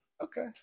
Okay